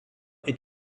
est